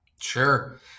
Sure